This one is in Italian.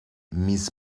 miss